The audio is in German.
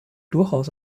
durchaus